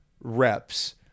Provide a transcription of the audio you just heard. reps